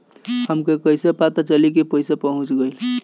हमके कईसे पता चली कि पैसा पहुच गेल?